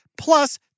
plus